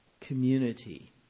community